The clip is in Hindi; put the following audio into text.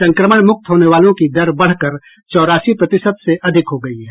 संक्रमण मुक्त होने वालों की दर बढ़कर चौरासी प्रतिशत से अधिक हो गई है